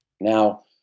Now